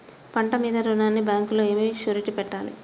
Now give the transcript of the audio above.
పంట మీద రుణానికి బ్యాంకులో ఏమి షూరిటీ పెట్టాలి?